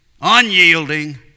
unyielding